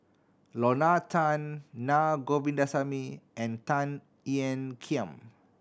Lorna Tan Naa Govindasamy and Tan Ean Kiam